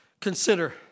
consider